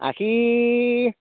আষি